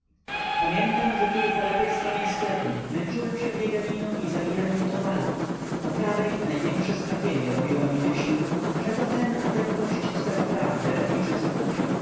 pamiętam że kiedy po lewej stronie sklepu męczyłem się bieganiną i zawijaniem towarów po prawej największe strapienie robiła mi myśl czego ten a ten gość chce naprawdę i czy co kupi